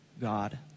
God